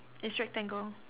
is rectangle